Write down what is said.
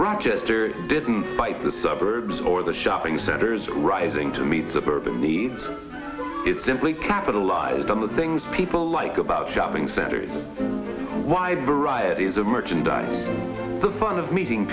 rochester didn't fight the suburbs or the shopping centers rising to meet suburban needs it simply capitalized on the things people like about shopping centers wide variety of the merchandise the fun of meeting